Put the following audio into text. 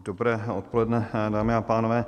Dobré odpoledne, dámy a pánové.